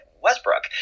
Westbrook